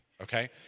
okay